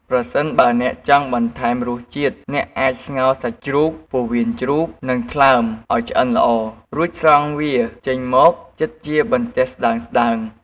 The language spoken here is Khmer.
ប្រសិនបើអ្នកចង់បន្ថែមរសជាតិ អ្នកអាចស្ងោរសាច់ជ្រូក ពោះវៀនជ្រូក និងថ្លើមឱ្យឆ្អិនល្អ រួចស្រង់វាចេញមកចិតជាបន្ទះស្តើងៗ។